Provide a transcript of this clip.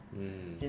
mm